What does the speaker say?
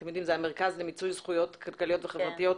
זה המרכז למיצוי זכויות כלכליות וחברתיות,